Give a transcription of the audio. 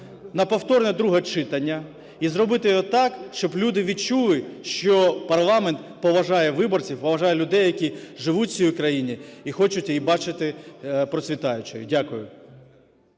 на повторне друге читання, і зробити його так, щоб люди відчули, що парламент поважає виборців, поважає людей, які живуть в цій країні і хочуть її бачити процвітаючою. Дякую.